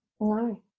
No